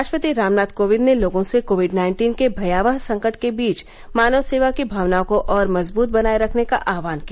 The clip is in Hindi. राष्ट्रपति रामनाथ कोविंद ने लोगों से कोविड नाइन्टीन के भयावह संकट के बीच मानव सेवा की भावना को और मजबूत बनाए रखने का आह्वान किया